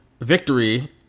victory